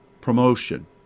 promotion